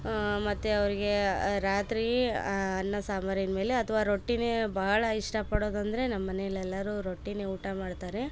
ಆ ಮತ್ತು ಅವರಿಗೆ ರಾತ್ರಿ ಅನ್ನ ಸಾಂಬರಿನ ಮೇಲೆ ಅಥ್ವಾ ರೊಟ್ಟಿನೇ ಬಹಳ ಇಷ್ಟಪಡೋದಂದರೆ ನಮ್ಮನೆಯಲ್ಲೆಲ್ಲರು ರೊಟ್ಟಿನೆ ಊಟ ಮಾಡ್ತಾರೆ